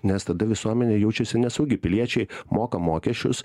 nes tada visuomenė jaučiasi nesaugi piliečiai moka mokesčius